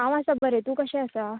हांव आसां बरें तूं कशें आसा